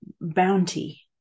bounty